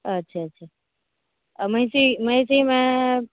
अच्छा अच्छा आ महिषी महिषीमे